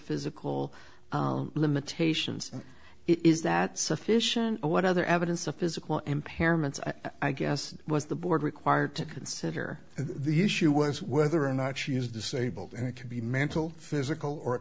physical limitations is that sufficient what other evidence of physical impairments i guess was the board required to consider the issue was whether or not she is disabled and it could be mental physical or a